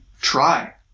Try